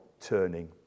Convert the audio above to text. turning